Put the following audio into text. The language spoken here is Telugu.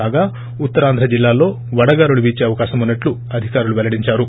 కాగా ఉత్తరాంధ్ర జిల్లాల్లో వడగాలులు వీచే అవకాశం ఉన్నట్లు అధికారులు పెల్లడిందారు